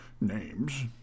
names